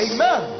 Amen